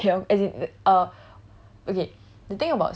as in if I don't get then don't get lor as in the uh